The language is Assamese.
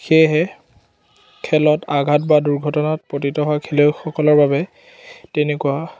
সেয়েহে খেলত আঘাত বা দুৰ্ঘটনাত পতিত হোৱা খেলেয়ৈসকলৰ বাবে তেনেকুৱা